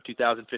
2015